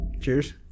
Cheers